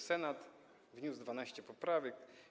Senat wniósł 12 poprawek.